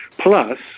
Plus